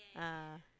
ah